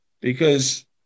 because-